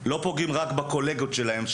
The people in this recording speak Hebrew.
לא פוגעים רק בקולגות שלהם,